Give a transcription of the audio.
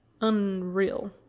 unreal